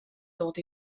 dod